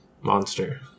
monster